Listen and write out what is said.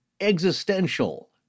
existential